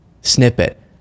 snippet